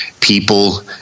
people